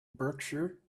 berkshire